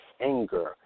anger